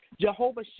Jehovah